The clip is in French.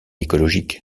écologique